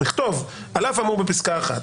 נכתוב ש"על אף האמור בפסקה (1),